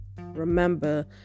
Remember